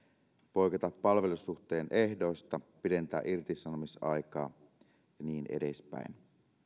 poiketa palvelussuhteen ehdoista pidentää irtisanomisaikaa ja niin edespäin